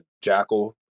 jackal